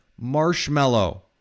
marshmallow